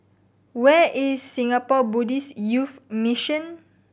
where is Singapore Buddhist Youth Mission